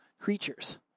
creatures